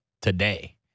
Today